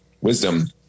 wisdom